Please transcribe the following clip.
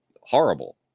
horrible